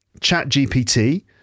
ChatGPT